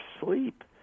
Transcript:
sleep